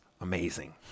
amazing